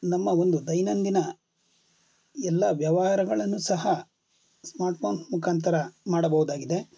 ನಮ್ಮ ಒಂದು ದೈನಂದಿನ ಎಲ್ಲ ವ್ಯವಹಾರಗಳನ್ನು ಸಹ ಸ್ಮಾರ್ಟ್ಫೋನ್ ಮುಖಾಂತರ ಮಾಡಬಹುದಾಗಿದೆ